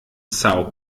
sao